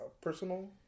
personal